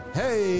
hey